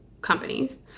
companies